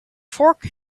fork